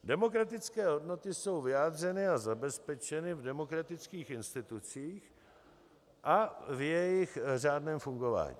Demokratické hodnoty jsou vyjádřeny a zabezpečeny v demokratických institucích a v jejich řádném fungování.